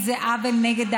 כן,